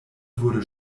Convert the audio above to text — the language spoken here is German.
wurde